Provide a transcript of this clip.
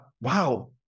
wow